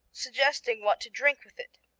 suggesting what to drink with it.